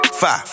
Five